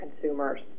consumers